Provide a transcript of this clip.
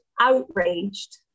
outraged